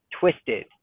twisted